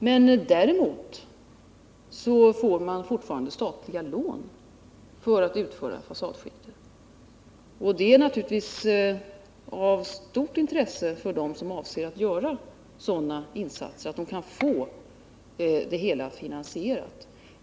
Men däremot får man fortfarande statliga lån för att utföra fasadskiktarbete. Det är naturligtvis av stort intresse för dem som avser att göra sådana insatser, så att de kan få det hela finansierat.